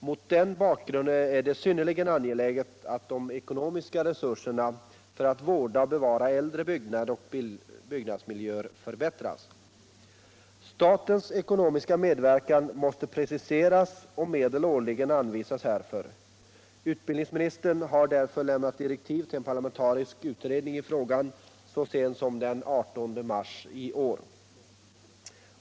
Mot denna bakgrund är det synnerligen angeläget att de ekonomiska resurserna för att vårda och bevara äldre byggnader och byggnadsmiljöer förbättras. Statens ekonomiska medverkan måste preciseras och medel årligen anvisas härför. Utbildningsministern har därför lämnat direktiv till en parlamentarisk utredning i frågan så sent som den 18 mars i år.